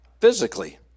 physically